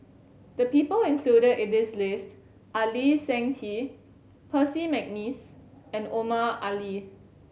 the people included in this list are Lee Seng Tee Percy McNeice and Omar Ali